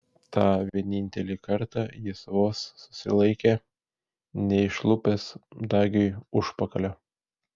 tą vienintelį kartą jis vos susilaikė neišlupęs dagiui užpakalio